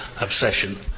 obsession